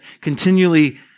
continually